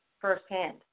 firsthand